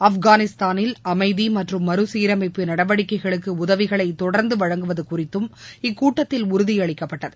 ஆப்கானிஸ்தானில் அமைதி மற்றம் மறுசீரமைப்பு நடவடிக்கைகளுக்கு உதவிகளை தொடர்ந்து வழங்குவது குறித்தும் இக்கூட்டத்தில் உறுதியளிக்கப்பட்டது